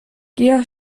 گیاه